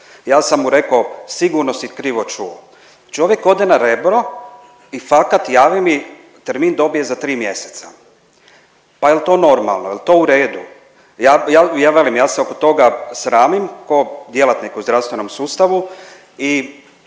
Ja sam mu rekao, sigurno si krivo čuo. Čovjek ode na Rebro i fakat javi mi, termin dobije za tri mjeseca, pa jel to normalno, jel to u redu? Ja, ja, ja velim, ja se oko toga sramim ko djelatnik u zdravstvenom sustavu i